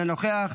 אינו נוכח.